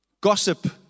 gossip